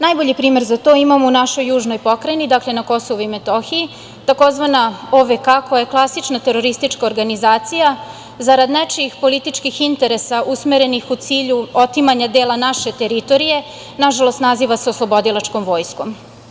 Najbolji primer za to imamo u našoj južnoj Pokrajini, dakle na KiM, tzv. OVK koja je klasična teroristička organizacija, zarad nečijih političkih interesa usmerenih u cilju otimanja dela naše teritorije, nažalost naziva se oslobodilačkom vojskom.